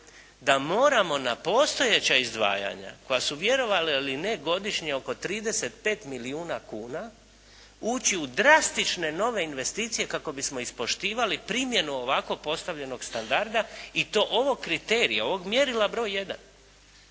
da moramo na postojeća izdvajanja koja su vjerovali ili ne godišnje oko 35 milijuna kuna ući u drastične nove investicije kako bismo ispoštivali primjenu ovako postavljenog standarda i to ovog kriterija, ovog mjerila broj jedan